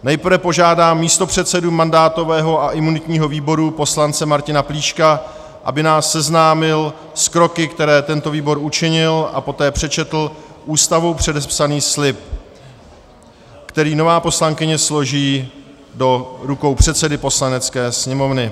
Nejprve požádám místopředsedu mandátového a imunitního výboru poslance Martina Plíška, aby nás seznámil s kroky, které tento výbor učinil, a poté přečetl Ústavou předepsaný slib, který nová poslankyně složí do rukou předsedy Poslanecké sněmovny.